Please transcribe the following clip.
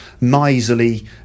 miserly